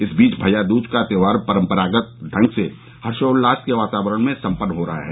इस बीच भैया दूज का त्योहार परम्परागत ढंग से हर्षोल्लास के वातावरण में संपन्न हो रहा है